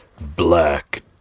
Black